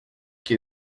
que